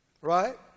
right